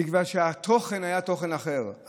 מכיוון שהתוכן היה תוכן אחר,